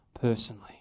personally